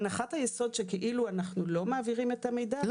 הנחת היסוד כאילו אנחנו לא מעבירים את המידע זו